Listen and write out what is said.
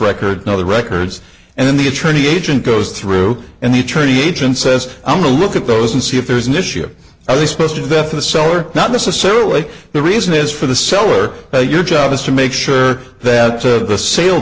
records no the records and then the attorney agent goes through and the trainee agent says i'm a look at those and see if there's an issue are they supposed to death for the seller not necessarily the reason is for the seller but your job is to make sure that the sale